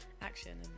action